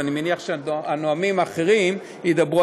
ואני מניח שהנואמים האחרים ידברו,